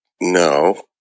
no